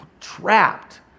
trapped